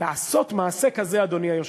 לעשות מעשה כזה, אדוני היושב-ראש,